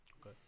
okay